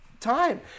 time